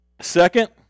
Second